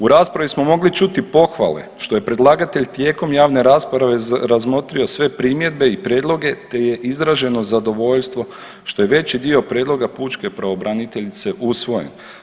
U raspravi smo mogli čuti pohvale što je predlagatelj tijekom javne rasprave razmotrio sve primjedbe i prijedloge, te je izraženo zadovoljstvo što je veći dio prijedloga pučke pravobraniteljice usvojen.